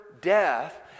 death